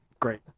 Great